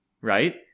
right